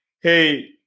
hey